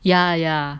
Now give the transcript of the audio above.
yeah yeah